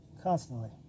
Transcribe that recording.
constantly